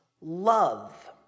love